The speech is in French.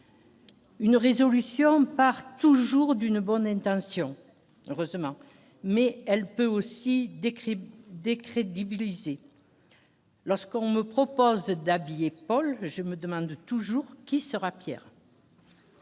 Une résolution par toujours d'une bonne intention, heureusement, mais elle peut aussi crimes décrédibilisé lorsqu'on me propose d'habiller Paul je me demande toujours qui sera Pierre.